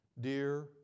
Dear